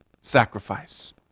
sacrifice